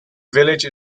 village